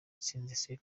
itsinze